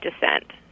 descent